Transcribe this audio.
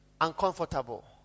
Uncomfortable